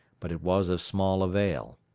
but it was of small avail.